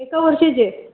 एका वर्षाचे